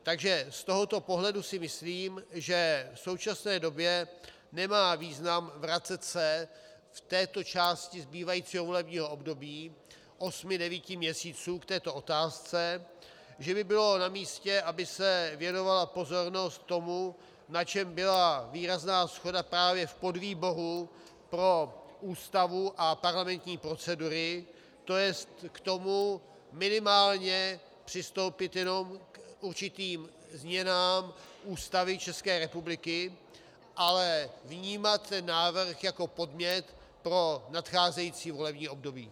Takže z tohoto pohledu si myslím, že v současné době nemá význam vracet se v této části zbývajícího volebního období, osmi devíti měsíců, k této otázce, že by bylo namístě, aby se věnovala pozornost tomu, na čem byla výrazná shoda právě v podvýboru pro Ústavu a parlamentní procedury, to je tomu, minimálně přistoupit jenom k určitým změnám Ústavy České republiky, ale vnímat ten návrh jako podnět pro nadcházející volební období.